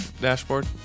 Dashboard